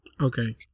okay